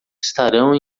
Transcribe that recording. estarão